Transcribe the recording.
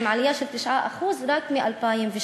עם עלייה של 9% רק מ-2002.